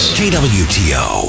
kwto